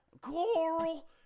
Coral